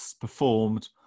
performed